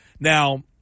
Now